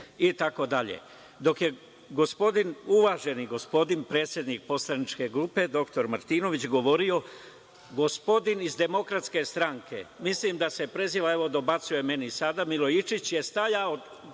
itd. Dok je gospodin, uvaženi gospodin predsednik poslaničke grupe, dr Martinović govorio, gospodin iz DS, mislim da se preziva, evo dobacuje meni sada, Milojičić, stajao